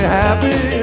happy